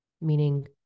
Meaning